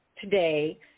today